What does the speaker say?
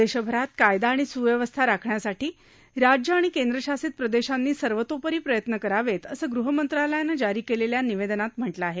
देशभरात कायदा आणि सुव्यवस्था राखण्यासाठी राज्यं आणि केंद्रशासित प्रदेशांनी सर्वतोपरी प्रयत्न करावेत असं गृह मंत्रालयानं जारी केलेल्या निवेदनात म्हटलं आहे